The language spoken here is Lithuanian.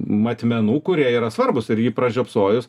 matmenų kurie yra svarbūs ir jį pražiopsojus